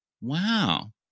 Wow